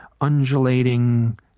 undulating